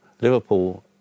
Liverpool